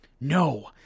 No